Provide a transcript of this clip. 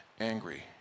angry